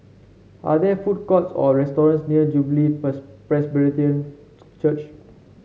are there food courts or restaurants near Jubilee Presbyterian Church